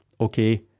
okay